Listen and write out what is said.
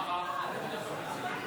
הודעת ועדת הכנסת בדבר